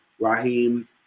Raheem